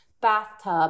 bathtub